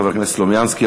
חבר הכנסת סלומינסקי.